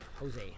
Jose